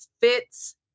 fits